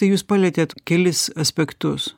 tai jūs palietėt kelis aspektus